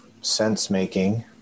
sense-making